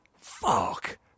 fuck